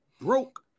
broke